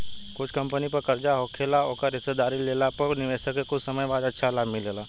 कुछ कंपनी पर कर्जा होखेला ओकर हिस्सेदारी लेला पर निवेशक के कुछ समय बाद अच्छा लाभ मिलेला